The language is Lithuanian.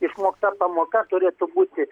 išmokta pamoka turėtų būti